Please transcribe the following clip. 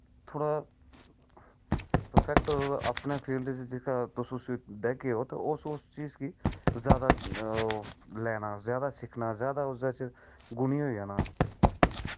थोह्ड़ा परफैक्ट अपने फील्ड च जेह्का तुस देगेओ ते ओह् उस चीज़ गी जादा लैना जादा सिक्खना जादा ओह्दे च गुणी होई जाना